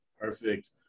Perfect